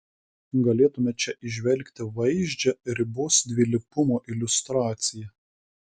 galėtume čia įžvelgti vaizdžią ribos dvilypumo iliustraciją